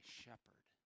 shepherd